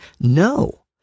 No